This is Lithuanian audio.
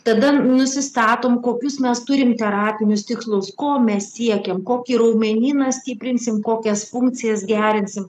tada nusistatom kokius mes turim terapinius tikslus ko mes siekiam kokį raumenyną stiprinsim kokias funkcijas gerinsim